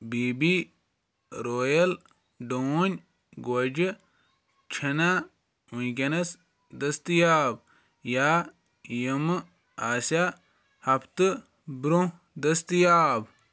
B بی رویل ڈوٗنۍ گوجہِ چھنا وُنکٮ۪نَس دٔستِیاب یا یِمہ آسیا ہفتہٕ برونٛہہ دٔستِیاب